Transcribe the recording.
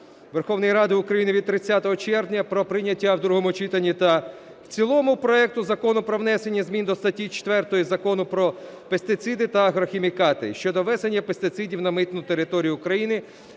Верховної Ради України від 30 червня про прийняття в другому читанні та в цілому проекту Закону "Про внесення змін до статті 4 Закону "Про пестициди та агрохімікати" щодо ввезення пестицидів на митну територію України